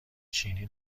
چینی